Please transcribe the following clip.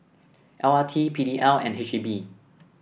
L R T P D L and H E B